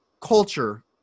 culture